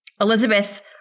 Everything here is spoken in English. Elizabeth